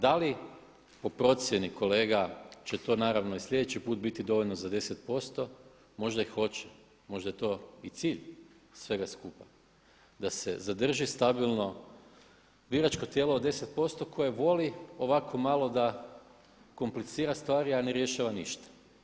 Da li po procjeni kolega će to naravno sljedeći put biti dovoljno za 10%, možda i hoće, možda je to i cilj svega skupa da se zadrži stabilno biračko tijelo od 10% koje voli ovako malo da komplicira stvari a ne rješava ništa.